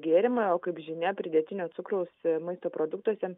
gėrimai o kaip žinia pridėtinio cukraus maisto produktuose